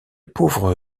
pauvre